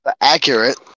Accurate